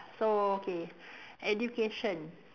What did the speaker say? so okay education